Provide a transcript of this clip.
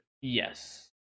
yes